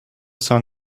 sun